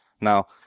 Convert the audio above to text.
Now